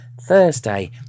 Thursday